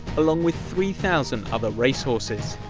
along with three thousand other race horses.